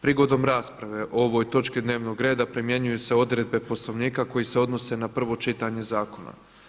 Prigodom rasprave o ovoj točki dnevnog reda primjenjuju se odredbe Poslovnika koji se odnose na prvo čitanje zakona.